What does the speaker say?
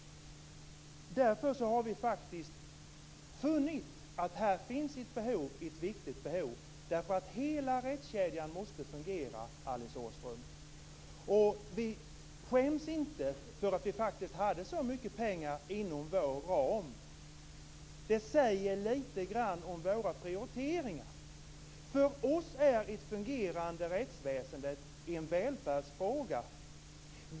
Därför har vi funnit att det finns ett viktigt behov. Hela rättskedjan måste fungera, Alice Åström. Vi skäms inte för att vi faktiskt hade så mycket pengar inom vår ram. Det säger lite grann om våra prioriteringar. För oss är ett fungerande rättsväsende en välfärdsfråga.